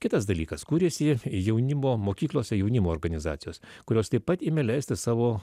kitas dalykas kuriasi jaunimo mokyklose jaunimo organizacijos kurios taip pat ėmė leisti savo